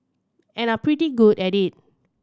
and are pretty good at it